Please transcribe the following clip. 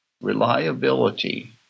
reliability